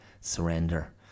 surrender